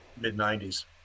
mid-90s